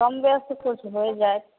कम बेसी तऽ किछु होइ जायत